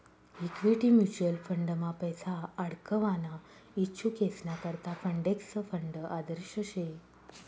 equity mutual फंडमा पैसा आडकवाना इच्छुकेसना करता इंडेक्स फंड आदर्श शे